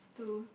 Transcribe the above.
to